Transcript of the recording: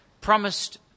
promised